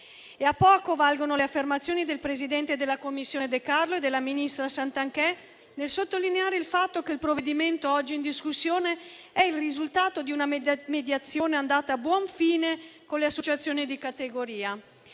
A poco valgono le affermazioni del presidente della Commissione De Carlo e della ministra Santanchè nel sottolineare il fatto che il provvedimento oggi in discussione è il risultato di una mediazione andata a buon fine con le associazioni di categoria.